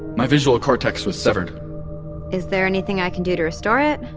my visual cortex was severed is there anything i can do to restore it?